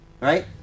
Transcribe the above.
Right